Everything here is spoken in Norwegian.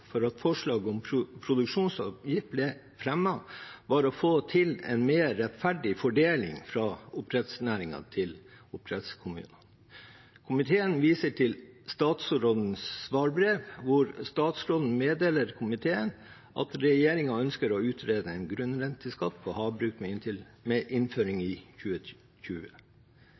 for at forslaget om produksjonsavgift ble fremmet, var at en ville få til en mer rettferdig fordeling fra oppdrettsnæringen til oppdrettskommunene. Komiteen viser til statsrådens svarbrev, der statsråden meddeler komiteen at regjeringen ønsker å utrede en grunnrenteskatt på havbruk med innføring i 2020.